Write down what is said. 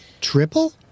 triple